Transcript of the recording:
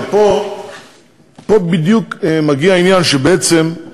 ופה בדיוק מגיע העניין שבעצם,